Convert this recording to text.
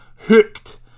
hooked